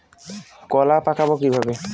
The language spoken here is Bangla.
কলা পাকাবো কিভাবে?